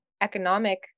economic